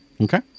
okay